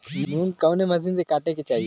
मूंग कवने मसीन से कांटेके चाही?